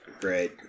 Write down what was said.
Great